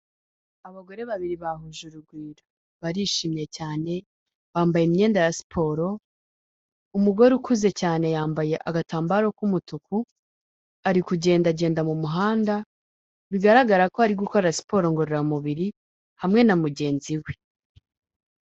Abagore babiri bahuje urugwiro barishimye cyane, bambaye imyenda ya siporo, umugore ukuze cyane yambaye agatambaro k'umutuku ari kugendagenda mu muhanda, bigaragara ko ari gukora siporo ngororamubiri hamwe na mugenzi we.